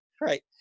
right